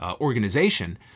organization